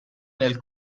nel